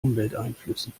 umwelteinflüssen